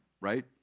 right